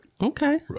Okay